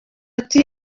ati